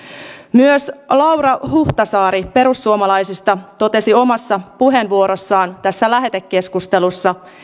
myös laura huhtasaari perussuomalaisista totesi omassa puheenvuorossaan tässä lähetekeskustelussa